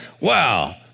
wow